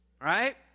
Right